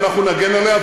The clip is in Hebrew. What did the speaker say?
ואנחנו נגן עליה,